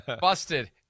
busted